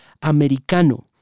americano